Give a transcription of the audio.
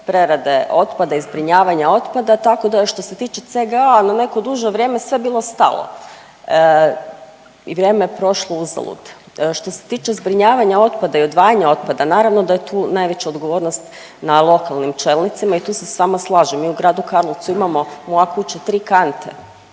predaje otpada i zbrinjavanja otpada, tako da što se tiče CGA na neko duže vrijeme sve je bilo stalo i vrijeme je prošlo uzalud. Što se tiče zbrinjavanja otpada i odvajanja otpada naravno da je tu najveća odgovornost na lokalnim čelnicima i tu se sa vama slažem. Mi u gradu Karlovcu imamo, moja kuća tri kante